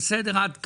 בסדר עד כאן?